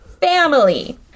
family